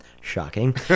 shocking